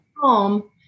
home